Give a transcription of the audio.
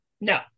No